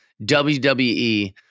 WWE